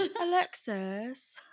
Alexis